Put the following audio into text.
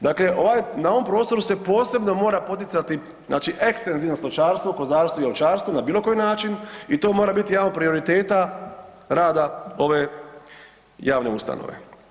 Dakle, na ovom prostoru se posebno mora poticati znači ekstenzivno stočarstvo, kozarstvo i ovčarstvo na bilokoji način i to mora biti jedan od prioriteta rada ove javne ustanove.